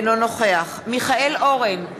אינו נוכח מיכאל אורן,